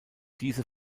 diese